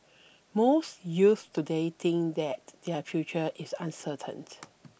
most youths today think that their future is uncertain